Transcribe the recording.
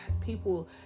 people